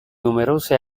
numerose